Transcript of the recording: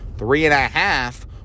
Three-and-a-half